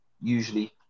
usually